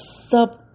sub